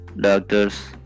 doctors